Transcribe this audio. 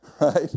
Right